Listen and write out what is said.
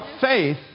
faith